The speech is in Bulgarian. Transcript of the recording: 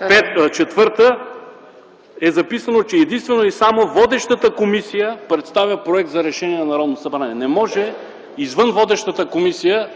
ал. 4 е записано, че единствено и само водещата комисия представя проект за решение на Народното събрание. Не може извън водещата комисия